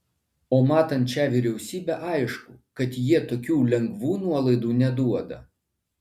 o matant šią vyriausybę aišku kad jie tokių lengvų nuolaidų neduoda